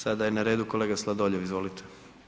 Sada je na redu kolega Sladoljev, izvolite.